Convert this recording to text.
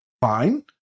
fine